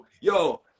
yo